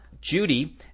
Judy